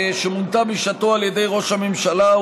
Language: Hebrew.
שמונתה בשעתו על ידי ראש הממשלה,